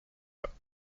vingts